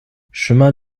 chemin